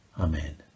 Amen